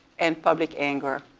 and public anger.